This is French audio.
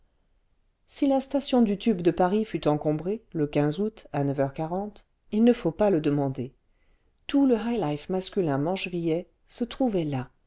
si la station du tube de paris fut encombrée le août à neuf heures quarante il ne faut pas le demander tout le higk life masculin manchevillais se trouvait là